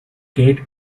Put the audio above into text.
kate